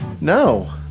no